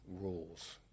rules